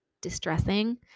distressing